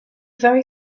very